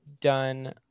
done